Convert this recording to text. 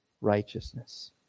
righteousness